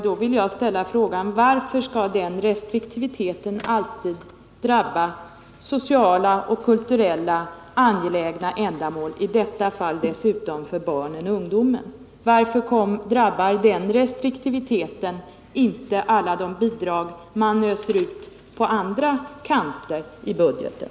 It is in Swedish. Då vill jag fråga: Varför skall den restriktiviteten alltid drabba socialt och kulturellt angeiägna ändamål, i detta fall dessutom för barnen och ungdomen? Varför drabbar den restriktiviteten inte alla de bidrag man öser ut på andra kanter i budgeten?